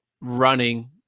running